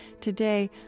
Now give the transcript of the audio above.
Today